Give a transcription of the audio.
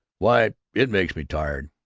why, it makes me tired!